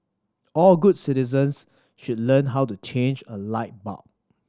all good citizens should learn how to change a light bulb